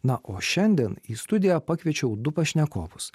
na o šiandien į studiją pakviečiau du pašnekovus